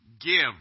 give